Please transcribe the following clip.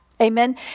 Amen